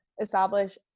establish